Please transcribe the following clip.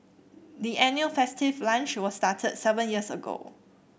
the annual festive lunch was started seven years ago